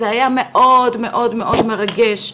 זה היה מאוד מרגש,